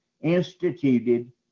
instituted